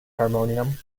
harmonium